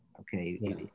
okay